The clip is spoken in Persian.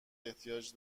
احتیاج